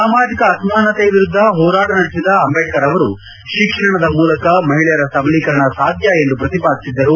ಸಾಮಾಜಿಕ ಅಸಮಾನತೆ ವಿರುದ್ದ ಹೋರಾಟ ನಡೆಸಿದ ಅಂಬೇಡ್ಕರ್ ಅವರು ಶಿಕ್ಷಣ ಮೂಲಕ ಮಹಿಳೆಯರ ಸಬಲೀಕರಣ ಸಾಧ್ಯ ಎಂದು ಪ್ರತಿಪಾದಿಸಿದರು